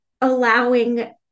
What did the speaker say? allowing